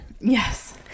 yes